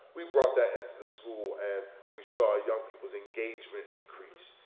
we brought that into the school and we saw young people's engagement increase.